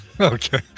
okay